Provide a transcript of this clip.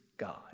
God